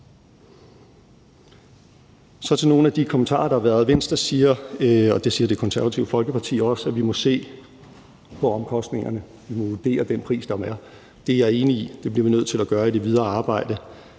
Så til nogle af de kommentarer, der har været: Venstre siger, og det siger Det Konservative Folkeparti også, at vi må se på omkostningerne, at vi må vurdere den pris, der er. Det er jeg enig i at vi bliver nødt til at gøre i det videre arbejde.